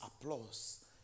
applause